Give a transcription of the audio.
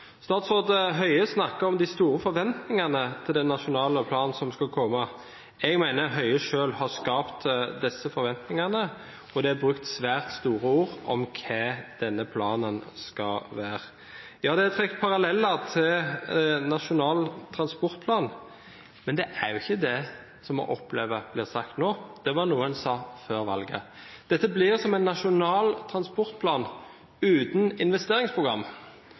Statsråd Høie snakker om de store forventingene til den nasjonale planen som skal komme. Jeg mener Høie selv har skapt disse forventningene, og det er brukt svært store ord om hva denne planen skal være. Ja, det er trukket paralleller til Nasjonal transportplan, men det er jo ikke det vi opplever blir sagt nå. Det var noe en sa før valget. Dette blir som en nasjonal transportplan uten investeringsprogram,